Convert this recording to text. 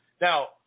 now